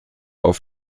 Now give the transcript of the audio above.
auf